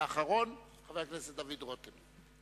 ואחרון, חבר הכנסת דוד רותם.